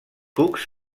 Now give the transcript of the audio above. cucs